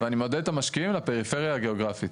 ואני מעודד את המשקיעים לפריפריה הגיאוגרפית.